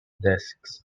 desks